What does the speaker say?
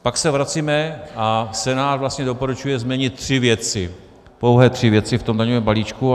Pak se vracíme, a Senát vlastně doporučuje změnit tři věci, pouhé tři věci v tom daňovém balíčku.